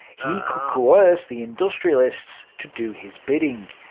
he could coerce the industrialists to do his bidding,